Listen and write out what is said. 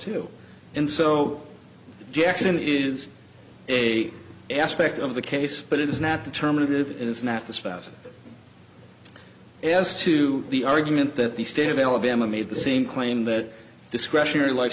too in so jackson is a aspect of the case but it is not the term and it is not the spouse as to the argument that the state of alabama made the same claim that discretionary life